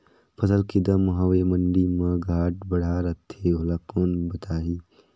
फसल के दम हवे मंडी मा घाट बढ़ा रथे ओला कोन बताही?